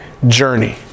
journey